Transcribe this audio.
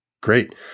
Great